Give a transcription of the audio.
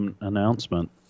announcement